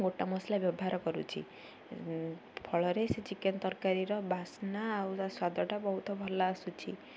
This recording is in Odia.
ଗୋଟା ମସଲା ବ୍ୟବହାର କରୁଛି ଫଳରେ ସେ ଚିକେନ୍ ତରକାରୀର ବାସ୍ନା ଆଉ ତା ସ୍ୱାଦଟା ବହୁତ ଭଲ ଆସୁଛି